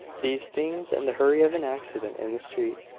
these things, and the hurry of an accident in the street,